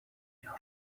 your